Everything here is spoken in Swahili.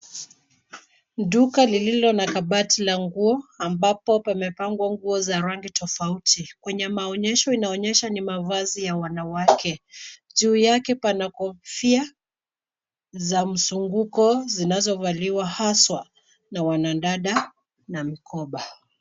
Duka lililo na kabati la nguo ambapo pamepangwa nguo za rangi tofauti. Kwenye maonyesho inaonyesha ni mavazi ya wanawake. Juu yake pana kofia za mzunguko zinazovaliwa hasa na wanadada na mkoba.